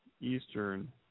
Eastern